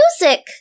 music